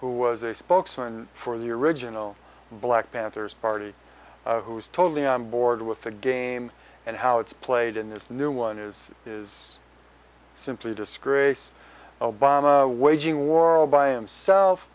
who was a spokesman for the original black panthers party who was totally on board with the game and how it's played in this new one is is simply disgrace obama waging war all by itself